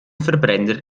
verbrenner